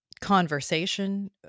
conversation